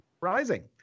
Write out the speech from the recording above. rising